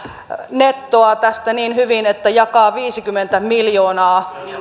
nettoaa tästä niin hyvin että jakaa viisikymmentä miljoonaa